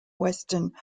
western